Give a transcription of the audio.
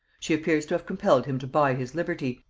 she appears to have compelled him to buy his liberty,